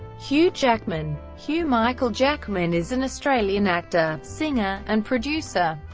hugh jackman hugh michael jackman is an australian actor, singer, and producer.